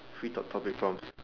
free talk topic prompt